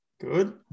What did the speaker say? Good